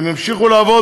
השנה,